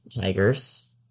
tigers